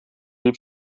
liep